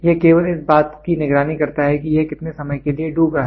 यह केवल इस बात की निगरानी करता है कि यह कितने समय के लिए डूब रहा है